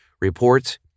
reports